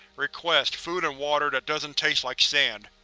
request food and water that doesn't taste like sand.